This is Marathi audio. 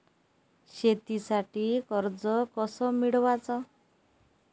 शेतीसाठी कर्ज कस मिळवाच?